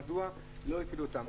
מדוע לא הפעילו אותם?